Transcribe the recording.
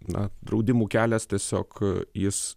na draudimų kelias tiesiog jis